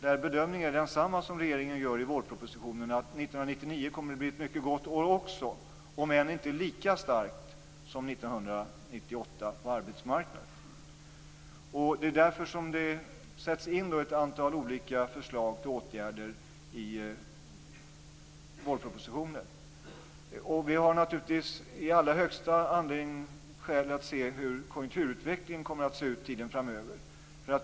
Bedömningen där är densamma som regeringen gör i vårpropositionen, nämligen att 1999 också kommer att bli ett mycket gott år, om än inte lika starkt på arbetsmarknaden som 1998. Därför sätts det in ett antal olika förslag till åtgärder i vårpropositionen. Vi har naturligtvis all anledning att se hur konjunkturutvecklingen kommer att se ut tiden framöver.